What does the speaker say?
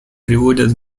приводят